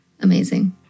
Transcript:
Amazing